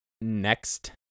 next